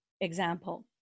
example